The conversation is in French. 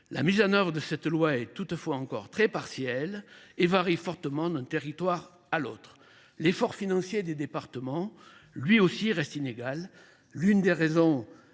La mise en œuvre de cette loi est toutefois encore très partielle et varie fortement d’un territoire à l’autre. L’effort financier des départements, lui aussi, reste inégal. L’une des raisons